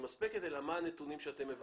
מספיק אלא מה הנתונים שאתם מבקשים.